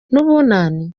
n’ubunani